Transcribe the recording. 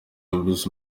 bruce